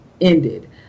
ended